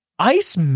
Ice